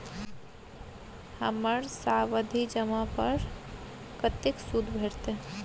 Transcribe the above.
हमर सावधि जमा पर कतेक सूद भेटलै?